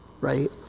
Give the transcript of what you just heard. right